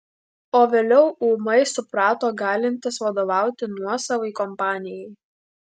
o vėliau ūmai suprato galintis vadovauti nuosavai kompanijai